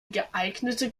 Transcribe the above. geeignete